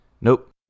nope